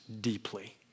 deeply